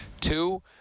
two